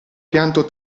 pianto